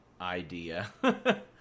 idea